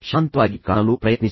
ಶಾಂತವಾಗಿ ಕಾಣಲು ಪ್ರಯತ್ನಿಸಿ